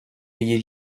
ayez